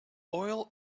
oil